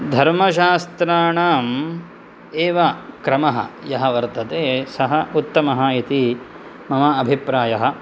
धर्मशास्त्राणाम् एव क्रमः यः वर्तते सः उत्तमः इति मम अभिप्रायः